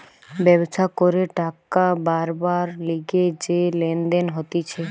ব্যবসা করে টাকা বারবার লিগে যে লেনদেন হতিছে